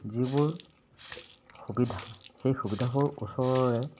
যিবোৰ সুবিধা সেই সুবিধাবোৰ ওচৰৰে